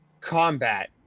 Combat